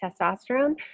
testosterone